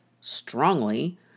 strongly